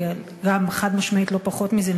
ולא פחות מזה,